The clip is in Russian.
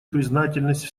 признательность